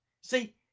See